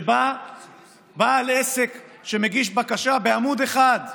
אמריקה שבה בעל עסק שמגיש בקשה בעמוד אחד,